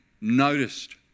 noticed